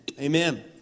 amen